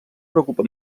preocupa